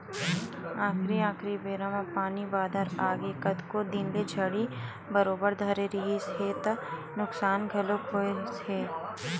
आखरी आखरी बेरा म पानी बादर आगे कतको दिन ले झड़ी बरोबर धरे रिहिस हे त नुकसान घलोक होइस हे